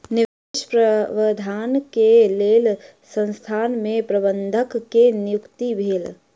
निवेश प्रबंधन के लेल संसथान में प्रबंधक के नियुक्ति भेलै